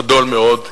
גדול מאוד,